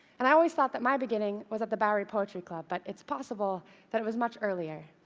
and i always thought that my beginning was at the bowery poetry club, but it's possible that it was much earlier.